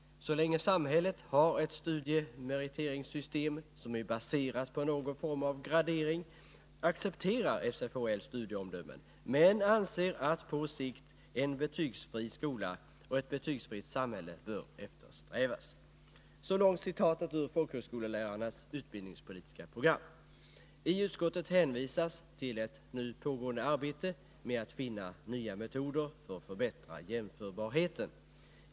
Så länge samhället har ett studiemeriteringssystem som är baserat på någon form av gradering, accepterar SFHL studieomdömen, men anser att på sikt en betygsfri skola och ett betygsfritt samhälle bör eftersträvas.” Så långt citatet ur folkhögskolelärarnas utbildningspolitiska program. I utskottet hänvisas till ett nu pågående arbete med att finna nya metoder för att förbättra jämförbarheten.